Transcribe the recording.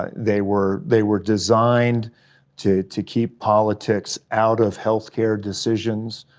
they were they were designed to to keep politics out of healthcare decisions.